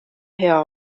hea